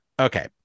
Okay